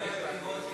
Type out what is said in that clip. אתה עשית טעות,